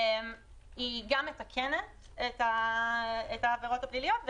היא גם מתקנת את העבירות הפליליות,